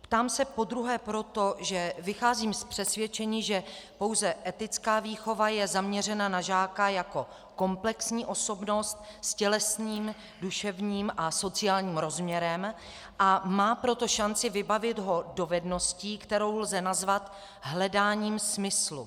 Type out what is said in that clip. Ptám se podruhé proto, že vycházím z přesvědčení, že pouze etická výchova je zaměřena na žáka jako komplexní osobnost s tělesným, duševním a sociálním rozměrem, a má proto šanci vybavit ho dovedností, kterou lze nazvat hledáním smyslu.